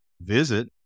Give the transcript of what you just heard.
visit